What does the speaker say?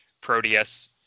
Proteus